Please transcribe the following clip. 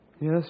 Yes